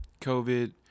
COVID